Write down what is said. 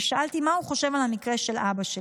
ושאלתי מה הוא חושב על המקרה של אבא שלי.